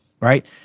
right